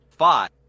Five